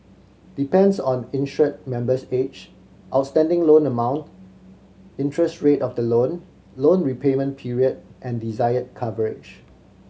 depends on insured member's age outstanding loan amount interest rate of the loan loan repayment period and desired coverage